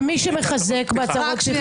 ומי שמחזק בהצהרות פתיחה?